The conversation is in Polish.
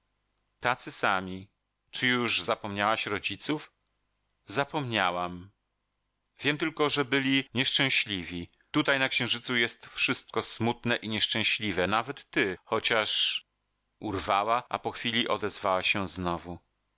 tacy sami czy już zapomniałaś rodziców zapomniałam wiem tylko że byli nieszczęśliwi tutaj na księżycu jest wszystko smutne i nieszczęśliwe nawet ty chociaż urwała a po chwili odezwała się znowu